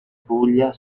puglia